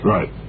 Right